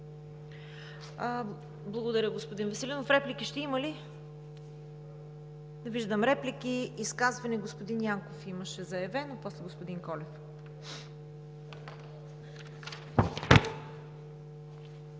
благодаря, господин Веселинов. Реплики ще има ли? Не виждам реплики. Господин Янков имаше заявено изказване, после господин Колев.